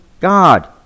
God